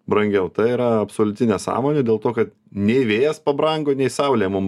brangiau tai yra absoliuti nesąmonė dėl to kad nei vėjas pabrango nei saulė mum